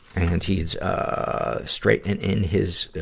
and he is, ah, straight and in his,